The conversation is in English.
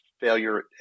failure